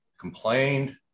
complained